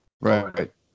right